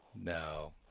No